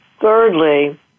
Thirdly